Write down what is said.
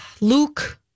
Luke